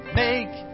make